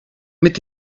mit